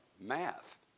math